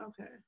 Okay